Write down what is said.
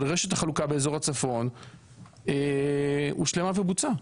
של רשת החלוקה באזור הצפון הושלמה ובוצעה.